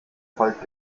volk